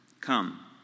come